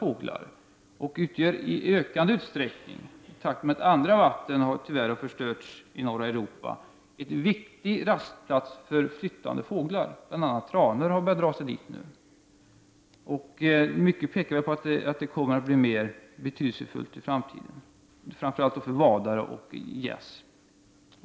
Detta vatten utgör i ökande utsträckning, i takt med att andra vatten tyvärr har förstörts i norra Europa, en viktigt rastplats för flyttande fåglar, och bl.a. tranor har börjat dra sig dit. Mycket pekar på att vattnet kommer att bli mer betydelsefullt i framtiden, framför allt för vadare, gäss och änder.